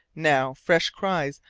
now fresh cries,